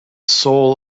soul